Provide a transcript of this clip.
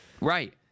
right